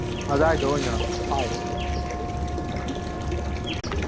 ꯑꯗꯥꯏꯗ ꯑꯣꯏꯅ ꯐꯥꯏ